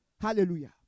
Hallelujah